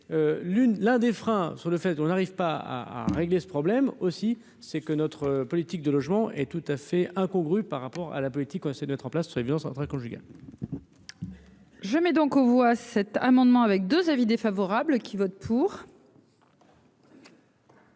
l'un des freins sur le fait on arrive pas à régler ce problème aussi, c'est que notre politique de logement et tout à fait incongru par rapport à la politique, on essaie de mettre en place, ce sont des violences intraconjugales. Je mets donc aux voix cet amendement avec 2 avis défavorables qui vote pour.